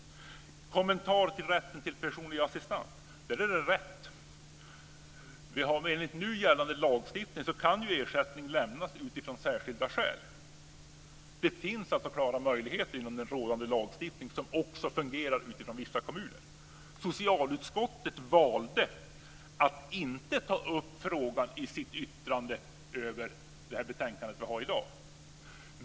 Det är rätt att ersättning enligt nu gällande lagstiftning kan lämnas utifrån särskilda skäl. Det finns alltså klara möjligheter inom rådande lagstiftning som också fungerar i vissa kommuner. Socialutskottet valde att inte ta upp frågan i sitt yttrande över det betänkande vi behandlar i dag.